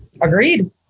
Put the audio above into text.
Agreed